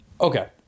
okay